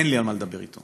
אין לי על מה לדבר איתו.